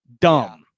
dumb